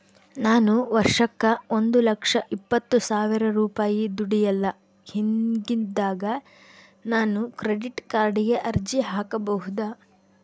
ನಾನು ವರ್ಷಕ್ಕ ಒಂದು ಲಕ್ಷ ಇಪ್ಪತ್ತು ಸಾವಿರ ರೂಪಾಯಿ ದುಡಿಯಲ್ಲ ಹಿಂಗಿದ್ದಾಗ ನಾನು ಕ್ರೆಡಿಟ್ ಕಾರ್ಡಿಗೆ ಅರ್ಜಿ ಹಾಕಬಹುದಾ?